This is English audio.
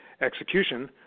execution